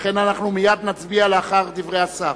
לכן נצביע מייד לאחר דברי השר.